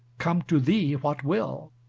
come to thee what will.